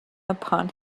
upon